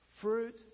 Fruit